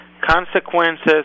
consequences